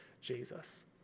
Jesus